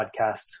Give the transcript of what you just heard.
podcast